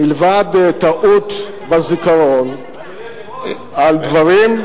מלבד טעות בזיכרון על דברים,